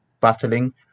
battling